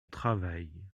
travail